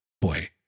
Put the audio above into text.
boy